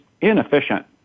inefficient